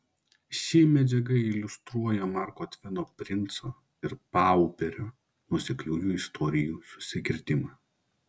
ši medžiaga iliustruoja marko tveno princo ir pauperio nuosekliųjų istorijų susikirtimą